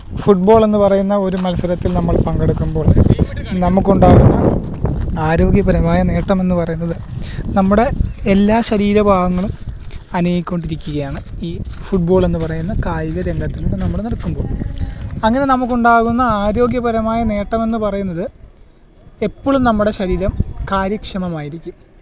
ഫുഡ്ബോളെന്ന് പറയുന്ന ഒരു മത്സരത്തില് നമ്മള് പങ്കെടുക്കുമ്പോള് നമുക്കുണ്ടാകുന്ന ആരോഗ്യപരമായ നേട്ടമെന്ന് പറയുന്നത് നമ്മുടെ എല്ലാ ശരീരഭാഗങ്ങളും അനങ്ങിക്കൊണ്ടിരിക്കുകയാണ് ഈ ഫുട്ബോളെന്നു പറയുന്ന കായിക രംഗത്തിലൂടെ നമ്മള് നടക്കുമ്പോള് അങ്ങനെ നമുക്കുണ്ടാകുന്ന ആരോഗ്യപരമായ നേട്ടമെന്ന് പറയുന്നത് എപ്പളും നമ്മുടെ ശരീരം കാര്യക്ഷമമായിരിക്കും